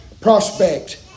prospect